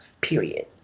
period